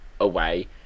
away